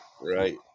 right